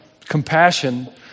compassion